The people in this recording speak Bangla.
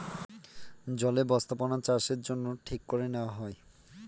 জলে বস্থাপনাচাষের জন্য ঠিক করে নেওয়া হয়